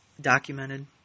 documented